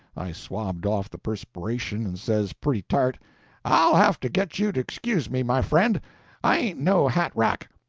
i swabbed off the perspiration and says, pretty tart i'll have to get you to excuse me, my friend i ain't no hat rack.